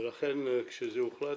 ולכן כשזה הוחלט,